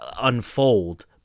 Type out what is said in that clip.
unfold